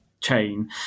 chain